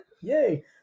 yay